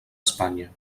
espanya